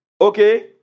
okay